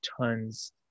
tons